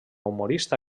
humorista